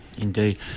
Indeed